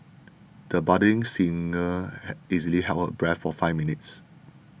the budding singer easily held her breath for five minutes